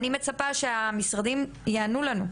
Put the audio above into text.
אז אני מצפה שהמשרדים יענו לנו,